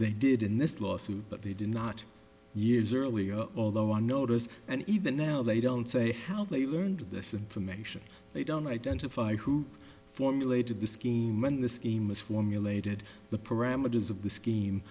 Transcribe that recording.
they did in this lawsuit but they did not years earlier although on notice and even now they don't say how they learned this information they don't identify who formulated the scheme when the scheme was formulated the parameters of the scheme